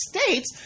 States